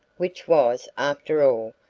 which was, after all,